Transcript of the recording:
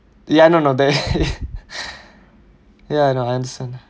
ya no no there ya no I understand